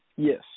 Yes